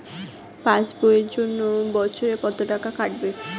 Pass বইয়ের জন্য বছরে কত টাকা কাটবে?